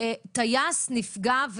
טייס נפגע,